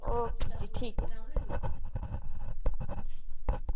okay जी ठीक ऐ